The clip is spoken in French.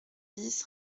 dix